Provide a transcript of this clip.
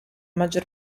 maggior